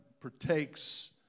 partakes